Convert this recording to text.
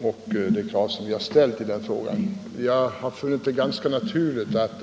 och de krav som partiet har ställt i den frågan.